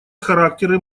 характеры